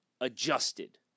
adjusted